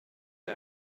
der